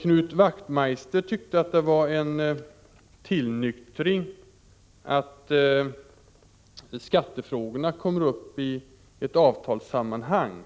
Knut Wachtmeister tyckte att det var en tillnyktring att skattefrågorna kommer upp i avtalssammanhang.